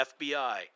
FBI